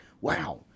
Wow